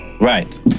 Right